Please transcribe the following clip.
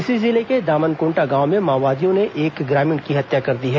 इसी जिले के दामनकोंटा गांव में माओवादियों ने एक ग्रामीण की हत्या कर दी है